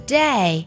day